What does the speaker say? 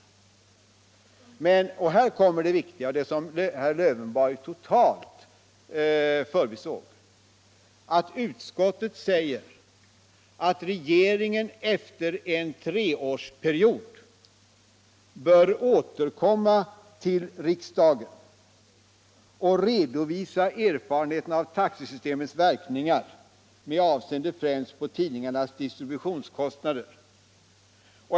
Men utskottet säger — och här kommer det viktiga och det som herr Lövenborg totalt förbisåg — att regeringen efter en treårsperiod bör återkomma till riksdagen och redovisa ”erfarenheterna av taxesystemets verkningar med avseende främst på tidningarnas distributionskostnader”.